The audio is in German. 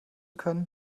können